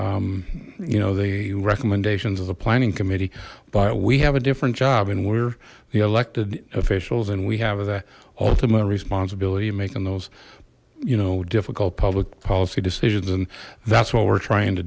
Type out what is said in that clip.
the you know the recommendations of the planning committee but we have a different job and we're the elected officials and we have as a ultimate responsibility making those you know difficult public policy decisions and that's what we're trying to